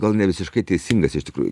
gal ne visiškai teisingas iš tikrųjų